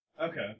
Okay